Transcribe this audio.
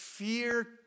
Fear